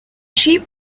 she